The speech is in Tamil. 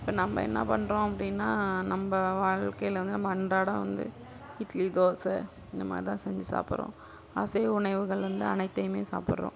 இப்போ நம்ம என்ன பண்றோம் அப்படின்னா நம்ம வாழ்க்கையில் வந்து நம்ம அன்றாடம் வந்து இட்லி தோசை இந்தமாதிரி தான் செஞ்சு சாப்பிடுறோம் அசைவ உணவுகள் வந்து அனைத்தையுமே சாப்பிடுறோம்